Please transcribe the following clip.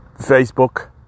Facebook